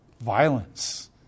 violence